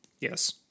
Yes